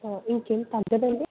ఇంకా ఏమి తగ్గదా అండి